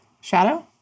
shadow